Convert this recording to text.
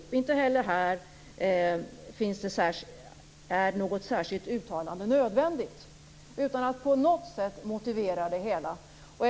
Inte heller här anses något särskilt uttalande nödvändigt, och man motiverar inte på något sätt sitt ställningstagande.